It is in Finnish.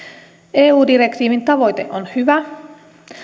eu direktiivin tavoite on hyvä